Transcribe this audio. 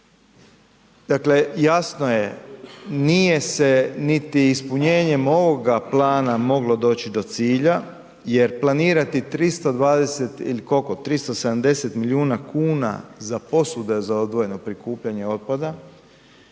Dakle, jasno je, niti se niti ispunjenjem ovoga plana moglo doći do cilja jer planirati 320 ili koliko, 370 milijuna kuna za posude za odvojeno prikupljanje otpada